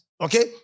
Okay